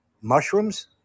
Mushrooms